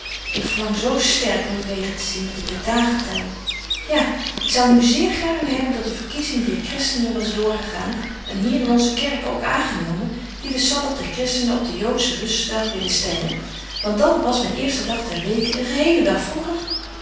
ik verlang zo sterk om u weder te zien dat ik de dagen tel ja ik zou nu zeer gaarne hebben dat de verkiezing dier christenen was doorgegaan en hier in onze kerk ook aangenomen die den sabbath der christenen op den joodschen rust dag wilden stellen want dan was myn eerste dag der weken een gehele dag vroeger